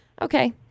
Okay